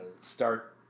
start